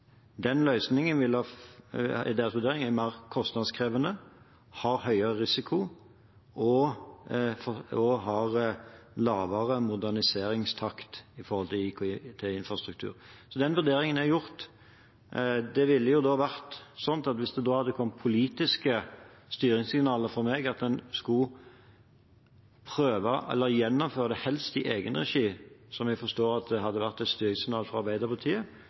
deres vurdering mer kostnadskrevende, har høyere risiko og har lavere moderniseringstakt med tanke på IKT-infrastrukturen. Så den vurderingen er gjort. Hvis det hadde kommet politiske styringssignaler fra meg om at en helst skulle gjennomføre det i egen regi – som jeg forstår hadde vært et styringssignal fra Arbeiderpartiet